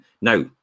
Now